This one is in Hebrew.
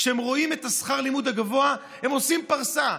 כשהם רואים את שכר הלימוד הגבוה, הם עושים פרסה.